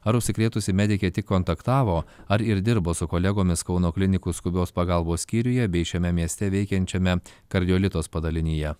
ar užsikrėtusi medikė kontaktavo ar ir dirbo su kolegomis kauno klinikų skubios pagalbos skyriuje bei šiame mieste veikiančiame kardiolitos padalinyje